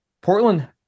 Portland